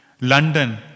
London